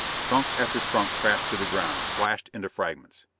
trunk after trunk crashed to the ground, slashed into fragments.